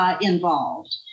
involved